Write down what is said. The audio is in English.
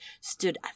stood